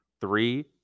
Three